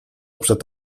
przed